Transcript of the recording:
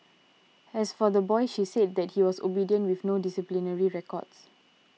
and as for the boy she said that he was obedient with no disciplinary records